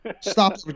Stop